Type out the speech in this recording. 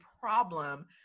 problem